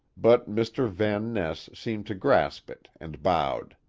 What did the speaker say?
but mr. van ness seemed to grasp it, and bowed.